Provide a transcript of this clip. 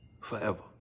forever